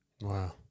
Wow